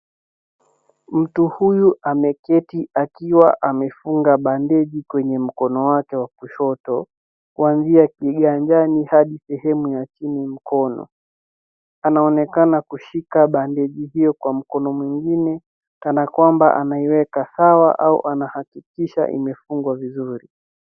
Mtu huyu ameketi akiwa amefunga bandeji kwenye mkono wake wa kushoto kuanzia kiganjani hadi sehemu ya chini mkono. Anaonekana kushika bandeji hiyo kwa mkono mwingine kana kwamba anaiweka sawa au anahakikisha imefungwa vizuri.